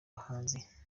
bahanzi